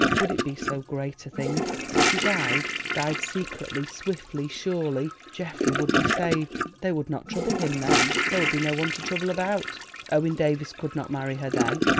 would it be so great a thing? if she died died secretly, swiftly, surely geoffrey would be saved they would not trouble him then, there would be no one to trouble about owen davies could not marry her then,